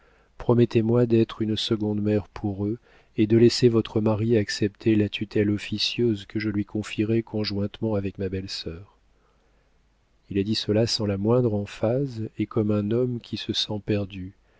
promettez-moi d'être une seconde mère pour eux et de laisser votre mari accepter la tutelle officieuse que je lui confierai conjointement avec ma belle-sœur il a dit cela sans la moindre emphase et comme un homme qui se sent perdu